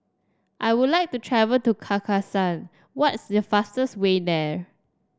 I would like to travel to Kazakhstan what is the fastest way there